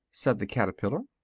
said the caterpillar.